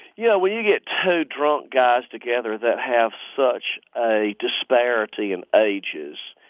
yeah, when you get two drunk guys together that have such a disparity in ages,